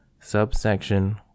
Subsection